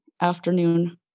afternoon